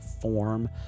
form